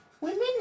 women